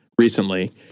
recently